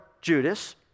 Judas